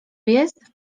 jest